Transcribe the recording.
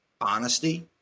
honesty